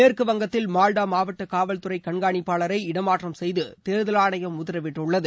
மேற்குவங்கத்தில் மால்டா மாவட்ட காவல்துறைக் கண்காணிப்பாளரை இடமாற்றம் செய்து தேர்தல் ஆணையம் உத்தரவிட்டுள்ளது